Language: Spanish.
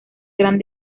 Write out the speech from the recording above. gran